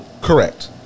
Correct